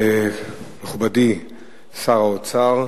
מכובדי שר האוצר,